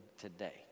today